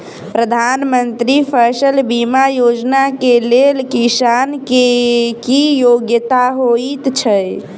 प्रधानमंत्री फसल बीमा योजना केँ लेल किसान केँ की योग्यता होइत छै?